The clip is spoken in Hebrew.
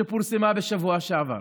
שפורסמה בשבוע שעבר.